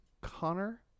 connor